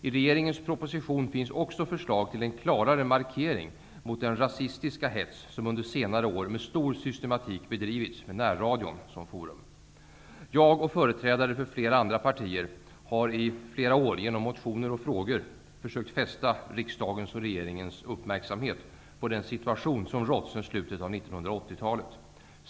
I regeringens proposition finns också förslag till en klarare markering mot den rasistiska hets som under senare år med stor systematik bedrivits med närradion som forum. Jag, och företrädare för flera andra partier, har i flera år genom motioner och frågor sökt fästa riksdagens och regeringens uppmärksamhet på den situation som rått sedan slutet av 1980-talet.